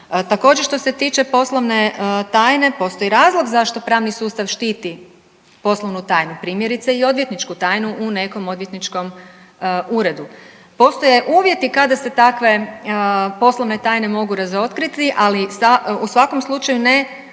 Također što se tiče poslovne tajne, postoji razlog zašto pravni sustav štiti poslovnu tajnu, primjerice i odvjetničku tajnu u nekom odvjetničkom uredu. Postoje uvjeti kada se takve poslovne tajne mogu razotkriti, ali u svakom slučaju ne